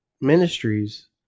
ministries